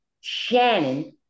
Shannon